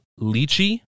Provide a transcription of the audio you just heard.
lychee